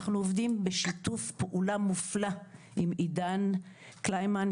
אנחנו עובדים בשיתוף פעולה מופלא עם עידן קליימן,